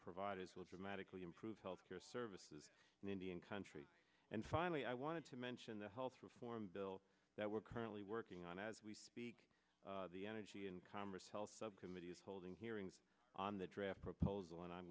providers will dramatically improve health care services in indian country and finally i wanted to mention the health reform bill that we're currently working on as we speak the energy and commerce health subcommittee is holding hearings on the draft proposal and i'm